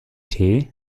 tee